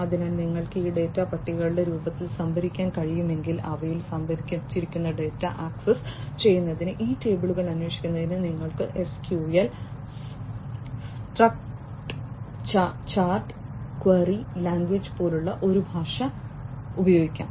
അതിനാൽ നിങ്ങൾക്ക് ഈ ഡാറ്റ പട്ടികകളുടെ രൂപത്തിൽ സംഭരിക്കാൻ കഴിയുമെങ്കിൽ അവയിൽ സംഭരിച്ചിരിക്കുന്ന ഡാറ്റ ആക്സസ് ചെയ്യുന്നതിന് ഈ ടേബിളുകൾ അന്വേഷിക്കുന്നതിന് നിങ്ങൾക്ക് SQL സ്ട്രക്ചർഡ് ക്വറി ലാംഗ്വേജ് പോലുള്ള ഒരു ഭാഷ ഉപയോഗിക്കാം